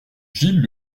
gilles